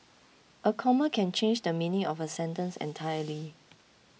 a comma can change the meaning of a sentence entirely